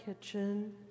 kitchen